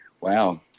wow